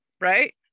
Right